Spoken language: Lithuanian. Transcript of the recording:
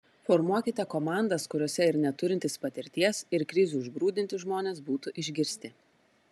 formuokite komandas kuriose ir neturintys patirties ir krizių užgrūdinti žmonės būtų išgirsti